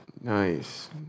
nice